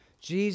Jesus